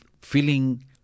feeling